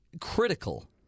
critical